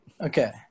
Okay